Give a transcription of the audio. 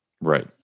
Right